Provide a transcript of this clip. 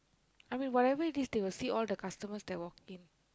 I mean whatever it is they will see all the customers that walked in